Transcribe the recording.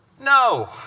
no